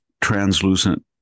translucent